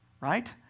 right